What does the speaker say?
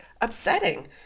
upsetting